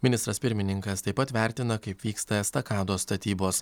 ministras pirmininkas taip pat vertina kaip vyksta estakados statybos